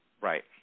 Right